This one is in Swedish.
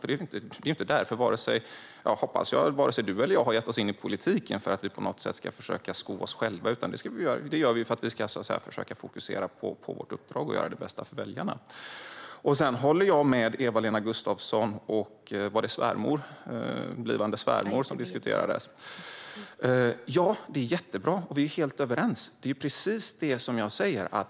Det är ju inte därför, hoppas jag, som du och jag har gett oss in i politiken - för att vi ska försöka sko oss själva - utan det har vi gjort för att vi ska försöka fokusera på vårt uppdrag och göra det bästa för väljarna. Jag håller med Eva-Lena Gustavsson och hennes sons svärmor. Det är jättebra, och vi är helt överens - det är precis detta jag säger.